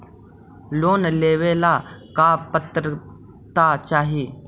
Loan लेवेला का पात्रता चाही?